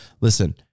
Listen